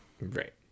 Right